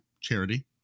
charity